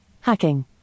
Hacking